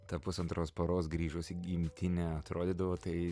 ta pusantros paros grįžus į gimtinę atrodydavo tai